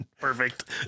Perfect